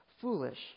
foolish